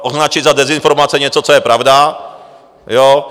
Označit za dezinformace něco, co je pravda, jo?